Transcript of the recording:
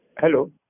Hello